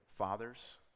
fathers